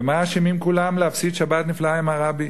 ומה אשמים כולם להפסיד שבת נפלאה עם הרבי?